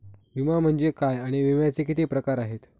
विमा म्हणजे काय आणि विम्याचे किती प्रकार आहेत?